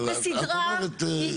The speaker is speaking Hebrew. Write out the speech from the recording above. אבל את אומרת טענות טובות.